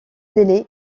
délai